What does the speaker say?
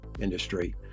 industry